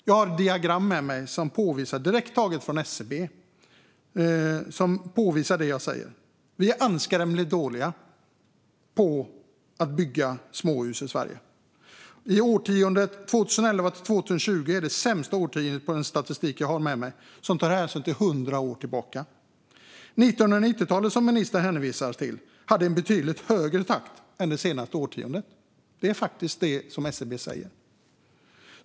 Jag har diagram med mig, direkt taget från SCB, som påvisar det jag säger. Vi är anskrämligt dåliga i Sverige på att bygga småhus. Årtiondet 2011-2020 är det sämsta årtiondet i den statistik jag har med mig, som alltså går 100 år tillbaka. På 1990-talet, som ministern hänvisar till, hade vi en betydligt högre takt än det senaste årtiondet. Det är det SCB säger.